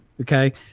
Okay